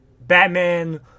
Batman